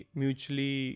...mutually